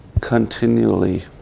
continually